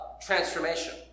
transformation